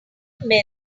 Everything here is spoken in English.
milk